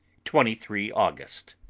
twenty three august.